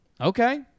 Okay